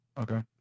Okay